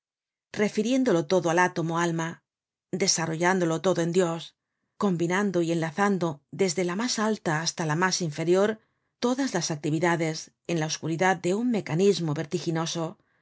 refiriéndolo todo al átomo alma desarrollándolo todo en dios combinando y enlazando desde la mas alia hasta la mas inferior todas las actividades en la oscuridad de un mecanismo vertiginoso